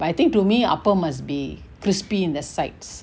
but I think to me appam must be crispy in the sides